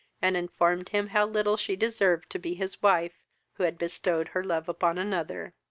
and informed him how little she deserved to be his wife who had bestowed her love upon another.